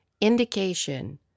indication